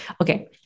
Okay